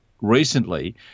recently